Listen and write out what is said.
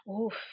Oof